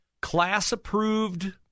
class-approved